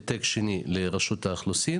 העתק שני לרשות האוכלוסין